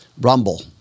Rumble